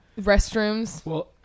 restrooms